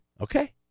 Okay